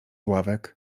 ławek